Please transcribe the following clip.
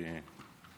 בסדר.